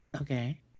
Okay